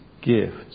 gifts